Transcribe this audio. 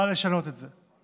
בא לשנות את זה.